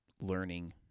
learning